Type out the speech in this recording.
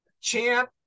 Champ